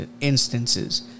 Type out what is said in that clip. instances